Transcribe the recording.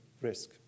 risk